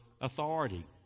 authority